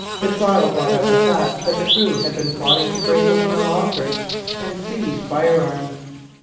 the trial brought out the fact that the crew had been plotting to break open the lockers and seize firearms.